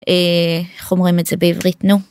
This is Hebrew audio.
איך אומרים את זה בעברית נו.